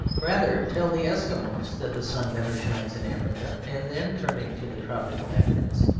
rather tell the eskimos that the sun never shines in africa and then, turning to the tropical africans,